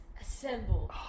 assemble